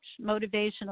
motivational